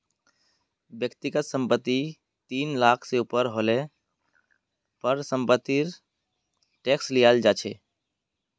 व्यक्तिगत संपत्ति तीस लाख से ऊपर हले पर समपत्तिर टैक्स लियाल जा छे